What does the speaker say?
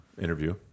interview